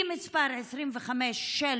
היא מספר 25 של